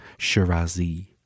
Shirazi